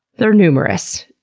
they're numerous.